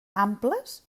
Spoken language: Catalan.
amples